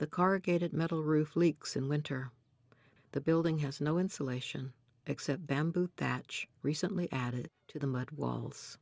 the car gated metal roof leaks in winter the building has no insulation except bamboo that church recently added to the mud walls